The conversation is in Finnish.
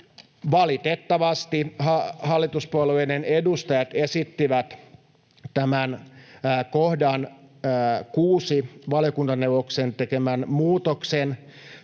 valitettavasti hallituspuolueiden edustajat esittivät tämän kohdan 6, valiokuntaneuvoksen tekemän muutoksen,